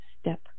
step